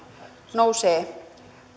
nousee ja